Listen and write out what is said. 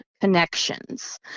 connections